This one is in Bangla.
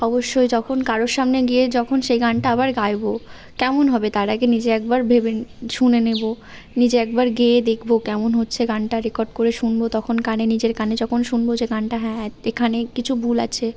অবশ্যই যখন কারোর সামনে গিয়ে যখন সেই গানটা আবার গাইব কেমন হবে তার আগে নিজে একবার ভেবে শুনে নেব নিজে একবার গেয়ে দেখব কেমন হচ্ছে গানটা রেকর্ড করে শুনব তখন কানে নিজের কানে যখন শুনব যে গানটা হ্যাঁ হ্যাঁ এখানে কিছু ভুল আছে